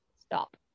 stop